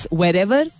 wherever